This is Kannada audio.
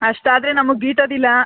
ಅಷ್ಟಾದರೆ ನಮಗೆ ಗೀಟೋದಿಲ್ಲ